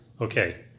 okay